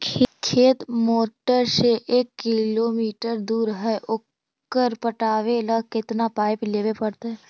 खेत मोटर से एक किलोमीटर दूर है ओकर पटाबे ल केतना पाइप लेबे पड़तै?